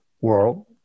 world